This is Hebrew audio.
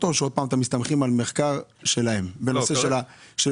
או שעוד פעם אתם מסתמכים על מחקר שלהם בנושא של הסיגריות?